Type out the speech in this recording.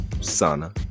Sana